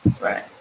Right